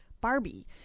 Barbie